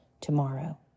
tomorrow